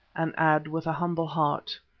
and add with a humble heart,